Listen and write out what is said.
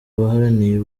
waharaniye